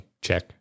check